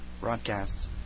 broadcasts